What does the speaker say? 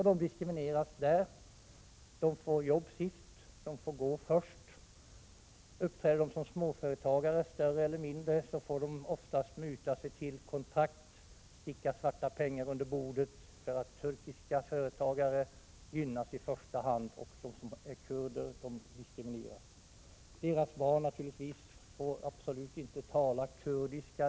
De diskrimineras, får jobb sist och får gå först. Uppträder de som större eller mindre företagare får de oftast muta sig till kontrakt, sticka svarta pengar under bordet osv. Turkiska företagare gynnas i första hand och kurderna diskrimineras. Naturligtvis får barnen inte tala kurdiska.